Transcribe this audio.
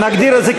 נגדיר את זה,